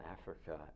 Africa